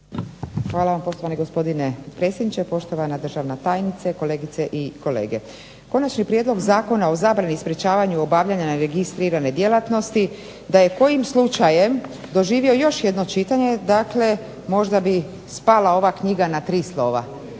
Hvala vam. Poštovani gospodine potpredsjedniče, poštovana državna tajnice, kolegice i kolege zastupnici. Konačni prijedlog Zakona o zabrani i sprečavanju obavljanja neregistrirane djelatnosti da je kojim slučajem doživio još jedno čitanje možda bi spala ova knjiga na tri slova,